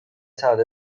saada